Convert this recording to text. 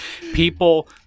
people